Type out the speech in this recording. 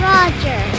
Roger